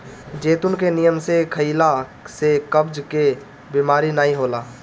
जैतून के नियम से खइला से कब्ज के बेमारी नाइ होला